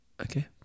Okay